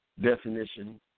definition